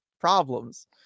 problems